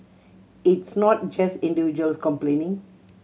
it's not just individuals complaining